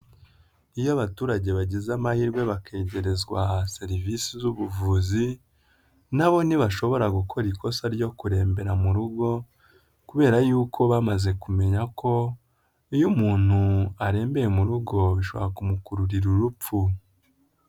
Iyo abaturage bagize amahirwe bakegerezwa serivisi z'ubuvuzi na bo ntibashobora gukora ikosa ryo kurembera mu rugo kubera y'uko bamaze kumenya ko iyo umuntu arembeye mu rugo bishobora kumukururira urupfu.